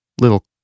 little